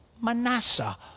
Manasseh